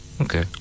Okay